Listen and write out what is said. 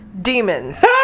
Demons